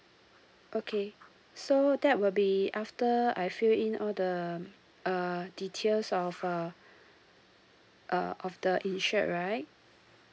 okay so that will be after I fill in all the uh details of uh uh of the insured right